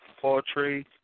poetry